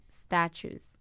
statues